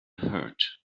hurt